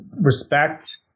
respect